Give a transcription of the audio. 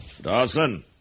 Dawson